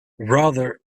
rather